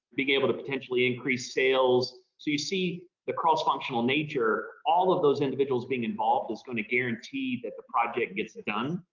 being able to potentially increase sales. so you see the cross-functional nature, all of those individuals being involved is going to guarantee that the project gets ah done.